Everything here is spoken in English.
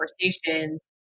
conversations